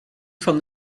from